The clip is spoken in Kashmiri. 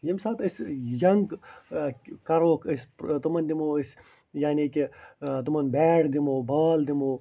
ییٚمہِ ساتہٕ أسۍ ینٛگ ٲں کرہوک أسۍ ٲں تِمن دِمو أسۍ یعنی کہِ ٲں تِمن بیٹ دِمو بال دِمو